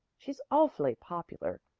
she's awfully popular,